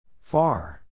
Far